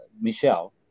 Michelle